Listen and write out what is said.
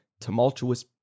tumultuous